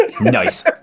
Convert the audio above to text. Nice